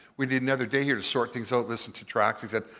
we need another day here to sort things out, listen to tracks. he said,